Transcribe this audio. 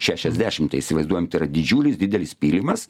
šešiasdešim tai įsivaizduojam tai yra didžiulis didelis pylimas